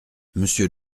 monsieur